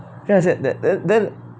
then I said that then then